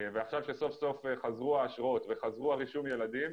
עכשיו סוף סוף חזרו האשרות ורישום הילדים,